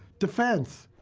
defense.